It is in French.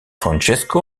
francesco